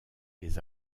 les